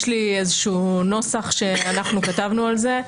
יש לי איזשהו נוסח שאנחנו כתבנו על זה.